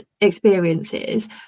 experiences